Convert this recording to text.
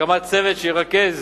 הקמת צוות שירכז